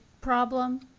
problem